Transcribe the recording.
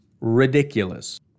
ridiculous